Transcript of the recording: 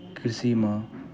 कृषिमे